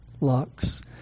locks